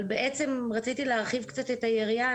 רציתי פה להרחיב קצת את היריעה.